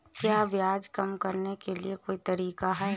क्या ब्याज कम करने का कोई तरीका है?